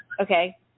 Okay